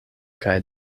kaj